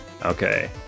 okay